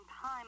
time